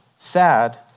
Sad